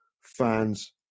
fans